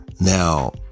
Now